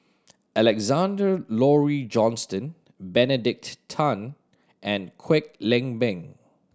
Alexander Laurie Johnston Benedict Tan and Kwek Leng Beng